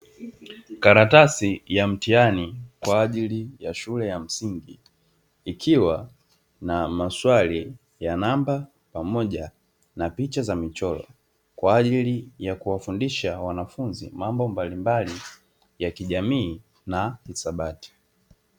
Karatasi ya mtihani kwa ajili ya shule ya msingi ikiwa na maswali ya namba pamoja na picha za mchoro kwaajili ya kuwafundisha wanafunzi mambo mbalimbali ya kijamii na hisabati.